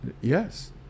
yes